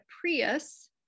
Prius